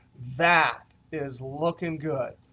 that is looking good,